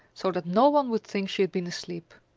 so that no one would think she had been asleep.